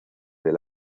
del